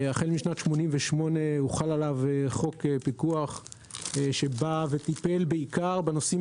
והחל משנת 88 הוחל עליו חוק פיקוח שבא וטיפל בעיקר בנושאים